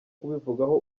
kubivugaho